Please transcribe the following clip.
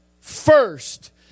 first